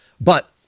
But-